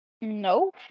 No